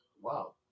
wow